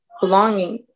belonging